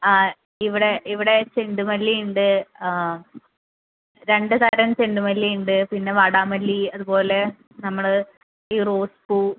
ആ ഇവിടെ ഇവിടെ ചെണ്ടുമല്ലിയുണ്ട് രണ്ടുതരം ചെണ്ടുമല്ലിയുണ്ട് പിന്നെ വാടാമല്ലി അതുപോലെ നമ്മൾ ഈ റോസ് പൂവ്